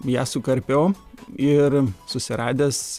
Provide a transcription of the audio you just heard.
ją sukarpiau ir susiradęs